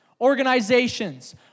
organizations